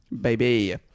Baby